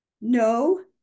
no